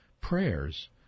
prayers